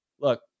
look